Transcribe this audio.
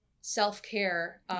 self-care